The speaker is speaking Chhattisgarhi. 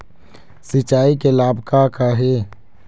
सिचाई के लाभ का का हे?